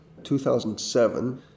2007